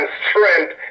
strength